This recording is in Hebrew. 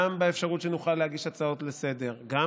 גם באפשרות שנוכל להגיש הצעות לסדר-היום,